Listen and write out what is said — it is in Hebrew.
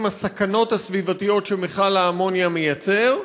הסכנות הסביבתיות שמכל האמוניה יוצר,